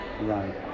Right